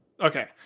Okay